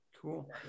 Cool